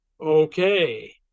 Okay